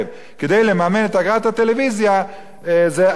את אגרת הטלוויזיה זה עוול גדול מאוד,